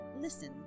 Listen